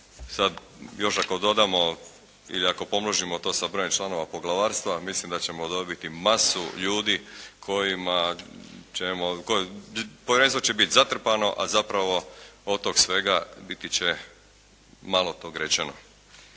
sad još ako dodamo ili ako pomnožimo to sa brojem članova poglavarstva, mislim da ćemo dobiti masu ljudi kojima ćemo, povjerenstvo će biti zatrpano, a zapravo od tog svega biti će malo tog rečeno.